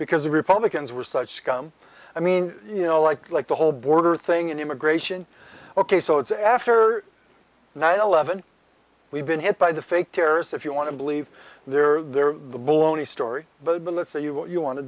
because the republicans were such scum i mean you know like the whole border thing and immigration ok so it's after nine eleven we've been hit by the fake terrorists if you want to believe they're there the baloney story but let's say you what you want to